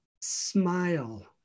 smile